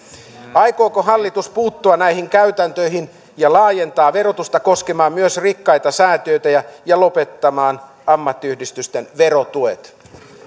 aikooko hallitus puuttua näihin käytäntöihin ja laajentaa verotusta koskemaan myös rikkaita säätiöitä ja ja lopettamaan ammattiyhdistysten verotuet